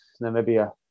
Namibia